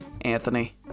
Anthony